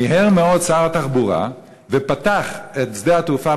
מיהר מאוד שר התחבורה ופתח את שדה-התעופה